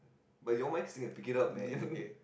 but your mic still can pick it up man